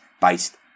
based